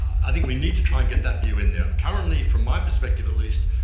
i think we need to try and get that view in there. currently, from my perspective at least,